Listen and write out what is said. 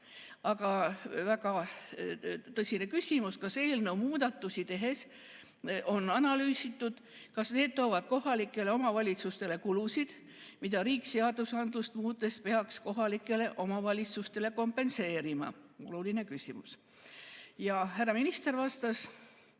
oli väga tõsine küsimus: kas muudatusi tehes on analüüsitud, kas need toovad kohalikele omavalitsustele kulusid, mida riik seadust muutes peaks kohalikele omavalitsustele kompenseerima? Oluline küsimus. Härra minister vastas,